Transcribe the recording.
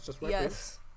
yes